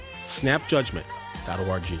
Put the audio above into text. snapjudgment.org